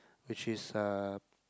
which is uh